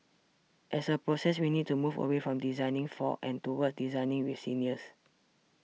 as a process we need to move away from 'designing for' and towards 'designing with' seniors